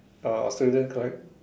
ah Australia correct